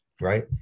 right